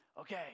okay